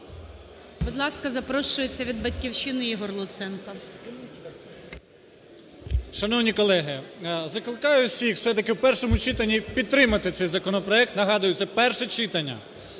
Будь ласка, запрошується від "Батьківщини" Ігор Луценко. 11:28:16 ЛУЦЕНКО І.В. Шановні колеги, закликаю всіх все-таки в першому читанні підтримати цей законопроект, нагадую, це перше читання.